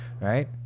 right